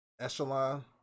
echelon